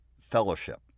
Fellowship